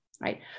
right